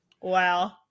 Wow